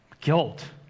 guilt